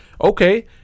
Okay